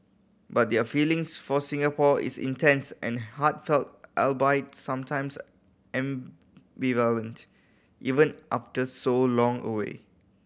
but their feelings for Singapore is intense and heartfelt albeit sometimes ambivalent even after so long away